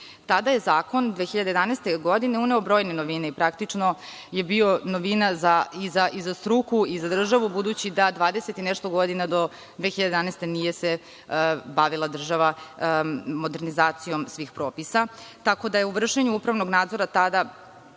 Tada je zakon, 2011. godine, uneo brojne novine i praktično je bio novina i za struku i za državu, budući da 20 i nešto godina, do 2011, nije se bavila država modernizacijom ovih propisa. Tako da je u vršenju upravnog nadzora tada